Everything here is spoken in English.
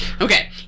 Okay